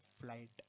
flight